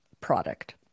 product